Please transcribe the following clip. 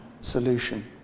solution